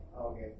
Okay